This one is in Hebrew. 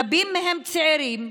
רבים מהם צעירים,